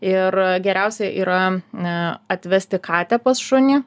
ir geriausia yra ee atvesti katę pas šunį